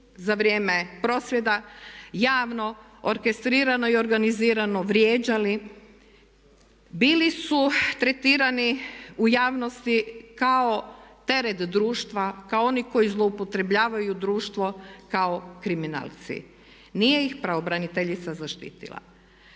za vrijeme prosvjeda javno, orkestrirano i organizirano, vrijeđali, bili su tretirani u javnosti kao teret društva, kao oni koji zloupotrebljavaju društvo kao kriminalci. Nije ih pravobraniteljica zaštitila.